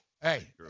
hey